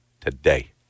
Today